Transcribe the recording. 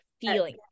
feeling